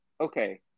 Okay